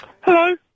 Hello